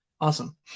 Awesome